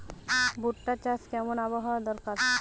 ভুট্টা চাষে কেমন আবহাওয়া দরকার?